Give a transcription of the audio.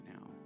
now